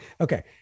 okay